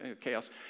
chaos